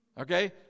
okay